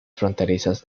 fronterizas